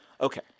Okay